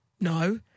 no